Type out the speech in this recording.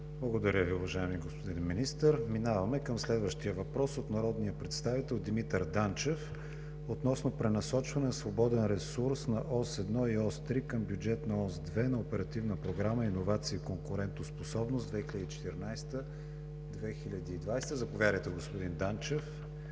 Благодаря Ви, уважаеми господин Министър. Минаваме към следващия въпрос от народния представител Димитър Данчев относно пренасочване на свободен ресурс от Ос 1 и Ос 3 към бюджета на Ос 2 на Оперативна програма „Иновации и конкурентоспособност“ 2014 – 2020 г. Заповядайте, господин Данчев,